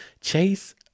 chase